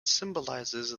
symbolises